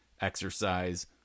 exercise